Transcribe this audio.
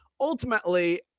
Ultimately